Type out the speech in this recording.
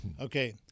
Okay